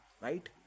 Right